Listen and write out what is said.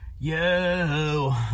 Yo